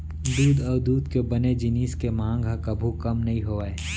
दूद अउ दूद के बने जिनिस के मांग ह कभू कम नइ होवय